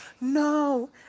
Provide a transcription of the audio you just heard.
No